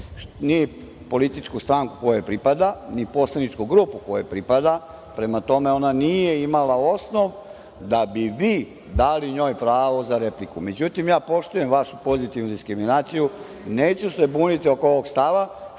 ni političku stranku kojoj pripada, ni poslaničku grupu kojoj pripada. Prema tome, ona nije imala osnov, da bi Vi dali njoj pravo za repliku.Međutim, ja poštujem Vašu pozitivnu diskriminaciju. Neću se buniti oko ovog stava